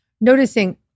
noticing